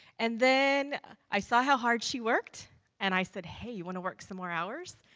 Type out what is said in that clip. and then i saw how hard she worked and i said hey you want to work some more hours?